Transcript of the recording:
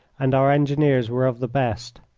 and our engineers were of the best.